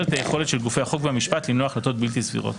את היכולת של גופי החוק והמשפט למנוע החלטות בלתי סבירות.